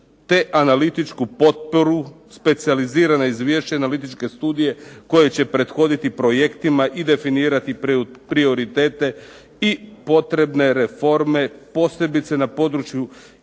te analitičku potporu specijalizirana izvješća i analitičke studije koji će prethoditi projektima i definirati prioritete i potrebne reforme posebice na području